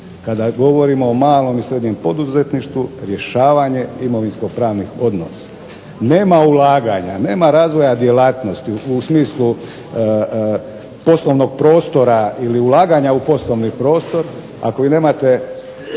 kada govorimo o malom i srednjem poduzetništvu rješavanje imovinsko-pravnih odnosa. Nema ulaganja, nema razvoja djelatnosti u smislu poslovnog prostora ili ulaganja u poslovni prostor ako vi nemate